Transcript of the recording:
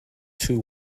two